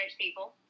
people